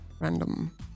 random